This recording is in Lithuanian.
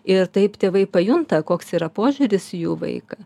ir taip tėvai pajunta koks yra požiūris į jų vaiką